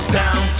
down